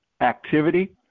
activity